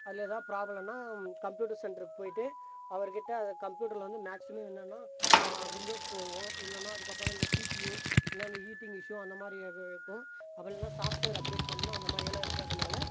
அதில் எதாவது ப்ராப்ளம்னால் கம்ப்யூட்டரு சென்டருக்கு போயிட்டு அவர் கிட்டே கம்ப்யூட்டரில் வந்து மேக்சிமம் என்னெனா விண்டோஸ் போகும் இல்லைனா அதுக்கப்புறம் இந்த சிபியு இல்லை அந்த ஹீட்டிங் இஷ்யூ அந்த மாதிரி எதாவது இருக்கும் அப்படி இல்லைனா சாஃப்ட்வேர் அப்டேட் பண்ணணும் அந்த மாதிரியலாம் இருக்கிறதுனால